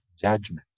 judgment